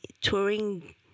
touring